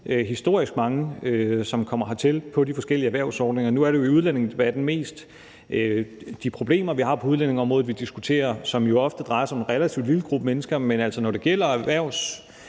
historisk mange, som kommer hertil på de forskellige erhvervsordninger. Nu er det jo i udlændingedebatten mest de problemer, vi har på udlændingeområdet, vi diskuterer, som jo ofte drejer sig om en relativt lille gruppe mennesker. Men altså, når det gælder